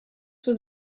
was